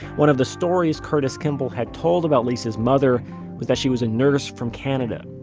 one of the stories curtis kimball had told about lisa's mother was that she was a nurse from canada.